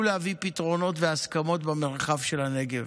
להביא פתרונות והסכמות במרחב של הנגב.